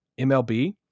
MLB